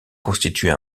constitue